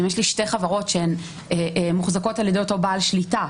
אם יש לי שתי חברות שהן מוחזקות על-ידי אותו בעל שליטה,